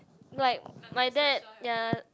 like my dad ya